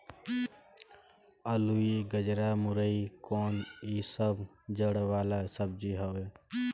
अलुई, गजरा, मूरइ कोन इ सब जड़ वाला सब्जी हवे